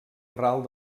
ral